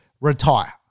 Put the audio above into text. retire